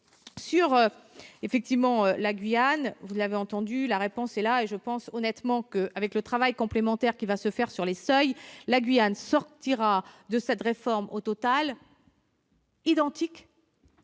Pour la Guyane, vous l'avez entendu, la réponse est là. Je pense honnêtement que, avec le travail complémentaire qui va être accompli sur les seuils, la Guyane sortira de cette réforme, au total, dans une